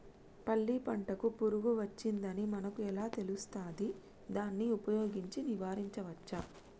పల్లి పంటకు పురుగు వచ్చిందని మనకు ఎలా తెలుస్తది దాన్ని ఉపయోగించి నివారించవచ్చా?